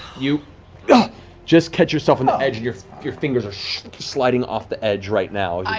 you yeah just catch yourself on the edge. and your your fingers are sliding off the edge right now.